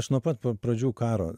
aš nuo pat pa pradžių karo